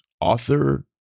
author